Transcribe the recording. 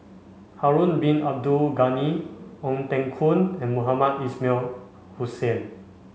Harun Bin Abdul Ghani Ong Teng Koon and Mohamed Ismail Hussain